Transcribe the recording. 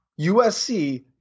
USC